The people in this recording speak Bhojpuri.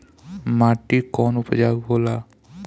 माटी कौन उपजाऊ होला?